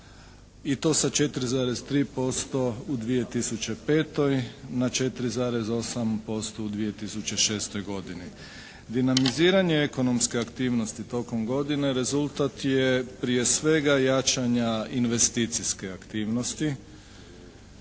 i to sa 4,3% u 2005. na 4,8% u 2006. godini. Dinamiziranje ekonomske aktivnosti tokom godine rezultat je prije svega jačanja investicijske aktivnosti,